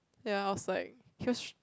ya outside